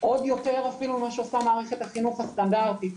עוד יותר ממה שעושה מערכת החינוך הסטנדרטית.